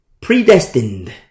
predestined